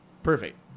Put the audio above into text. Perfect